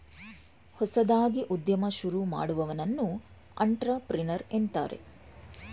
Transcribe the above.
ಹೊಸದಾಗಿ ಉದ್ಯಮ ಶುರು ಮಾಡುವವನನ್ನು ಅಂಟ್ರಪ್ರಿನರ್ ಎನ್ನುತ್ತಾರೆ